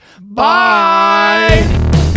Bye